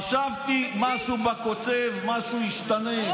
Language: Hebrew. חשבתי שמשהו בקוצב, משהו השתנה.